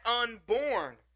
unborn